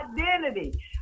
identity